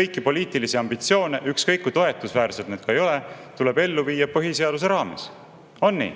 kõiki poliitilisi ambitsioone, ükskõik kui toetusväärsed need ka on, tuleb ellu viia põhiseaduse raames. On nii?